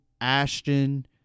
Ashton